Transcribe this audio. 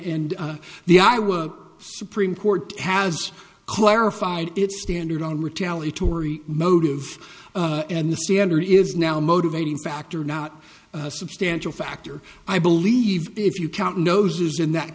and the iowa supreme court has clarified its standard on retaliatory motive and the standard is now a motivating factor not a substantial factor i believe if you count noses in that